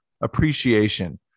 appreciation